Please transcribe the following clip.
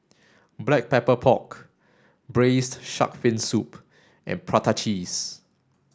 black pepper pork braised shark fin soup and prata cheese